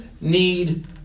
need